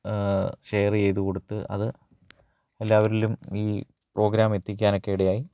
share ചെയ്ത് കൊടുത്ത് അത് എല്ലാവരിലും ഈ പ്രോഗ്രാം എത്തിക്കാനൊക്കെ ഇടയായി